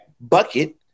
bucket